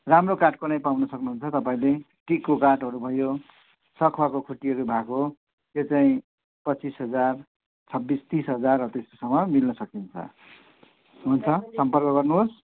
राम्रो काठको नै पाउन सक्नुहुन्छ तपाईँले टिकको काठहरू भयो सख्वाको खुट्टीहरू भाएको त्यो चाहिँ पच्चिस हजार छब्बिस तिस हजारहरू त्यस्तोसम्म मिल्न सकिन्छ हुन्छ सम्पर्क गर्नुहोस्